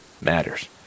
matters